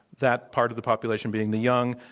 that part of the population being the young,